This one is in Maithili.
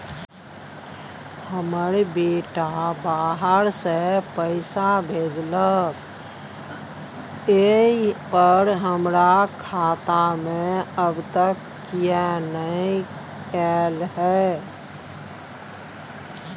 हमर बेटा बाहर से पैसा भेजलक एय पर हमरा खाता में अब तक किये नाय ऐल है?